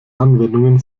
anwendungen